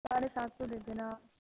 ساڑھے سات سو دے دینا آپ